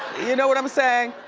you know what i'm saying?